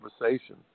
conversation